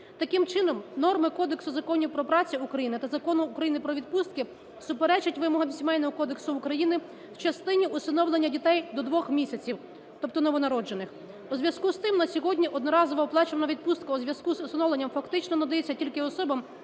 Таким чином, норми Кодексу законів про працю України та Закону України "Про відпустки" суперечать вимогам Сімейного кодексу України в частині усиновлення дітей до 2 місяців, тобто новонароджених. У зв'язку з тим, на сьогодні одноразова оплачувана відпустка у зв'язку з усиновленням фактично надається тільки особам,